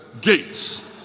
gate